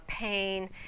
pain